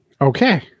Okay